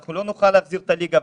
אנחנו לא נוכל להחזיר את הליגה.